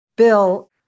Bill